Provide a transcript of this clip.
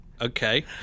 Okay